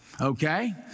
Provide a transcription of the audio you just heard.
Okay